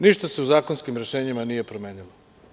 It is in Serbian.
Ništa se u zakonskim rešenjima nije promenilo.